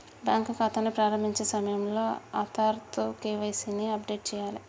bank ఖాతాని ప్రారంభించే సమయంలో ఆధార్తో కేవైసీ ని అప్డేట్ చేయాలే